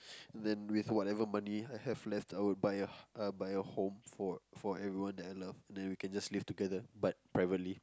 then with whatever money I have left I will buy a a home for for everyone that I love then we can just live together but privately